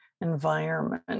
environment